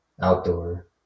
outdoor